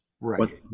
right